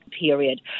period